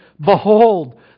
Behold